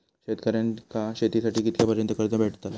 शेतकऱ्यांका शेतीसाठी कितक्या पर्यंत कर्ज भेटताला?